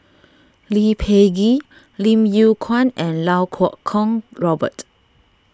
Lee Peh Gee Lim Yew Kuan and Iau Kuo Kwong Robert